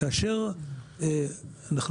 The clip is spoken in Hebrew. אני